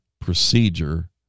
procedure